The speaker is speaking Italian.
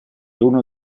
uno